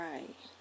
Right